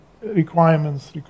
requirements